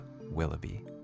Willoughby